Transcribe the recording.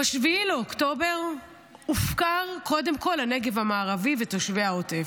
ב-7 באוקטובר הופקרו קודם כול הנגב המערבי ותושבי העוטף,